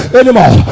anymore